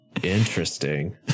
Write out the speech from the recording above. Interesting